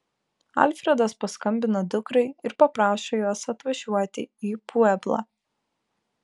alfredas paskambina dukrai ir paprašo jos atvažiuoti į pueblą